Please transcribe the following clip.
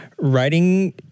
Writing